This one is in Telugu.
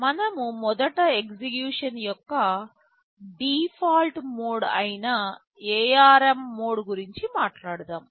మనము మొదట ఎగ్జిక్యూషన్ యొక్క డిఫాల్ట్ మోడ్ అయిన ARM మోడ్ గురించి మాట్లాడుతాము